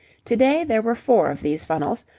to-day there were four of these funnels,